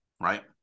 right